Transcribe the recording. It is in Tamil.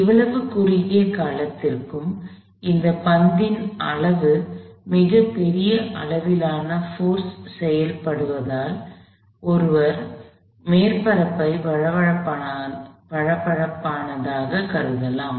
இவ்வளவு குறுகிய காலத்திற்கும் இந்த பந்தின் மீது இவ்வளவு பெரிய அளவிலான போர்ஸ் செயல்படுவதால் ஒருவர் மேற்பரப்பை வழவழப்பானதாகக் கருதலாம்